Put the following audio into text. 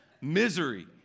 misery